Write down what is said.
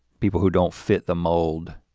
people who don't fit the mold,